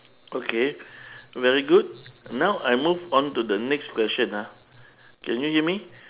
okay very good now I move on to the next question ah can you hear me